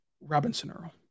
Robinson-Earl